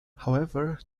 however